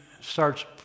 starts